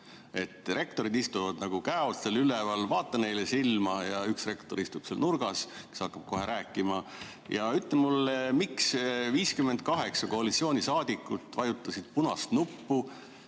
käod seal üleval, vaata neile silma! Ja üks rektor istub seal nurgas, ta hakkab kohe rääkima. Ütle mulle, miks 58 koalitsioonisaadikut vajutasid punast nuppu